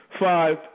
Five